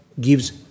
gives